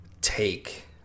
take